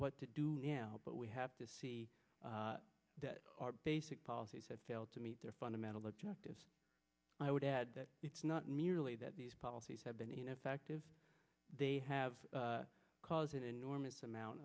what to do now but we have to see that our basic policies have failed to meet their fundamental objectives i would add that it's not merely that these policies have been ineffective they have cause an enormous amount